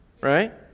right